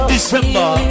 December